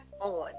on